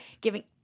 giving